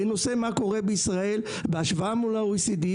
בנושא מה קורה בישראל בהשוואה מול ה-OECD,